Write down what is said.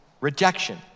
rejection